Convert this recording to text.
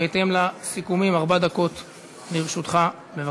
בהתאם לסיכומים, ארבע דקות לרשותך, בבקשה.